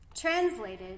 Translated